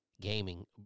gaming